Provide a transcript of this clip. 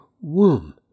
womb